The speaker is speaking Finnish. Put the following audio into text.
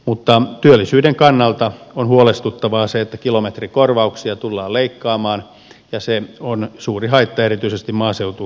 mutta työllisyyden kannalta on huolestuttavaa se että kilometrikorvauksia tullaan leikkaamaan ja se on suuri haitta erityisesti maaseutualueille